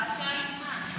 הלוואי שהיה לי זמן.